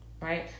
Right